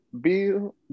Bill